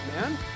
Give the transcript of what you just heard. man